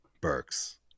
burks